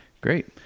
great